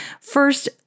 First